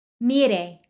Mire